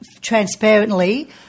transparently